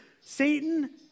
Satan